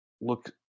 look